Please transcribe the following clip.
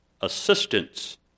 assistance